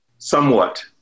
somewhat